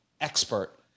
expert